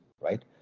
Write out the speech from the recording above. right